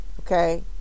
Okay